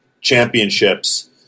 championships